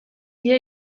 dira